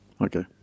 Okay